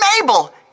Mabel